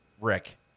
Rick